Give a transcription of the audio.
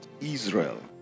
Israel